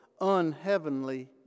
unheavenly